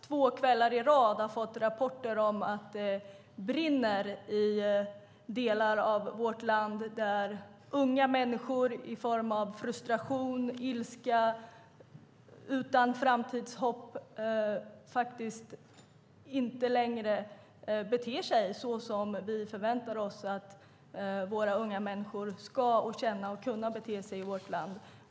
Två kvällar i rad har vi fått rapporter om att det brinner i delar av vårt land, där unga människor utan framtidshopp i frustration och ilska inte längre beter sig som vi förväntar oss att unga människor ska bete sig i vårt land.